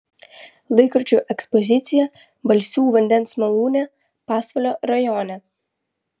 laikrodžių ekspozicija balsių vandens malūne pasvalio rajone